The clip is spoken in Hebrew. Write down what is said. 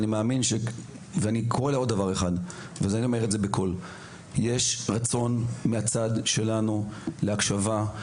ואני קורא לעוד דבר אחד: יש רצון מהצד שלנו להקשבה,